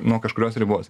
nuo kažkurios ribos